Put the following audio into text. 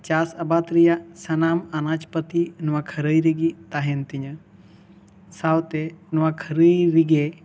ᱪᱟᱥ ᱟᱵᱟᱫᱽ ᱨᱮᱭᱟᱜ ᱥᱟᱱᱟᱢ ᱟᱱᱟᱡᱽ ᱯᱟᱹᱛᱤ ᱱᱚᱣᱟ ᱠᱷᱟᱹᱨᱟᱭ ᱨᱮᱜᱤ ᱛᱟᱦᱮᱱ ᱛᱤᱧᱟᱹ ᱥᱟᱶᱛᱮ ᱱᱚᱣᱟ ᱠᱷᱟᱹᱨᱟᱹᱭ ᱨᱮᱜᱮ